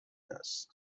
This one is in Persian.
است